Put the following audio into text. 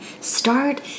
Start